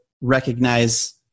recognize